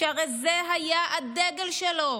שהרי זה היה הדגל שלו.